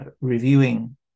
reviewing